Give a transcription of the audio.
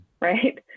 right